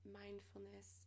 mindfulness